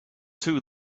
too